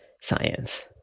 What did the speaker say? science